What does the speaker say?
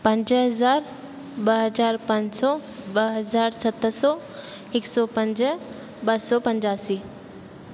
पंज हज़ार ॿ हज़ार पंज सौ ॿ हज़ार सत सौ हिकु सौ पंज ॿ सौ पंजहासी